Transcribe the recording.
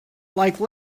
like